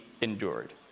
endured